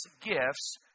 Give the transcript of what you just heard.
gifts